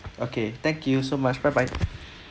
okay thank you so much bye bye